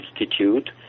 Institute